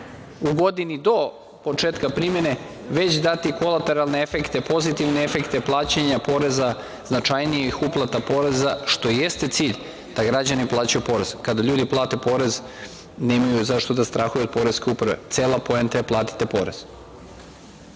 u godini do početka primene, već dati kolateralne efekte, pozitivne efekte plaćanja poreza, značajnijih uplata poreza, što jeste cilj da građani plaćaju porez. Kada ljudi plate porez, nemaju zašto da strahuju od poreske uprave. Cela poenta je – platite porez.